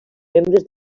membres